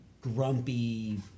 grumpy